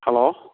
hello